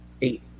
eight